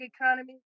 economy